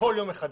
כל יום מחדש,